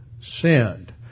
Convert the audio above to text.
sinned